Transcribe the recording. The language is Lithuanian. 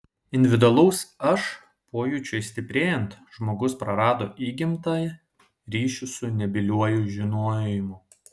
individualaus aš pojūčiui stiprėjant žmogus prarado įgimtą ryšį su nebyliuoju žinojimu